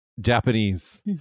Japanese